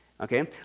okay